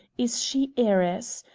is she heiress.